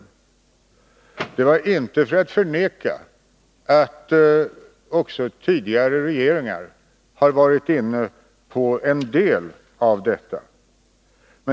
Jag vill inte förneka att också tidigare regeringar har varit inne på en del av detta.